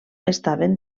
estaven